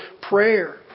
prayer